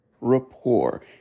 rapport